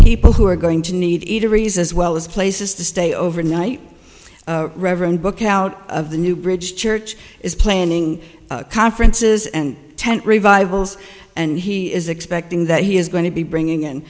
people who are going to need eateries as well as places to stay overnight reverend book out of the new bridge church is planning conferences and tent revivals and he is expecting that he is going to be bringing